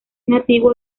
nativo